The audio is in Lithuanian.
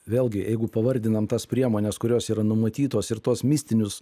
vėlgi jeigu pavardinam tas priemones kurios yra numatytos ir tuos mistinius